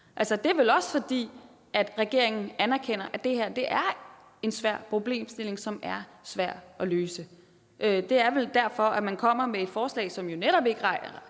det er vel, fordi regeringen anerkender, at det her er en svær problemstilling, som er svær at løse. Det er vel derfor, at man kommer med et forslag, som jo netop ikke rammer